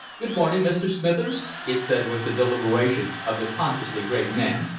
good morning, mr. smithers, it said with the deliberation of the consciously great man.